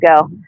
go